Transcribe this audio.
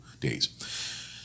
days